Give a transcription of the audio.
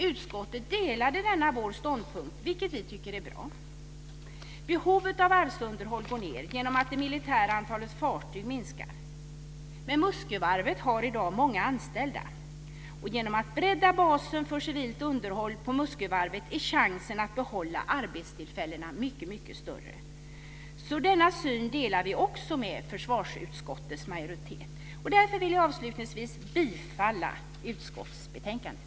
Utskottet delade denna vår ståndpunkt, vilket vi tycker är bra. Behovet av varvsunderhåll går ned genom att det militära antalet fartyg minskar. Men Muskövarvet har i dag många anställda. Genom att bredda basen för civilt underhåll på Muskövarvet är chansen att behålla arbetstillfällena mycket större. Denna syn delar vi också med försvarsutskottets majoritet. Därför vill jag avslutningsvis yrka bifall till förslaget i utskottsbetänkandet.